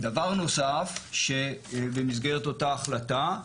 דבר נוסף במסגרת אותה החלטה,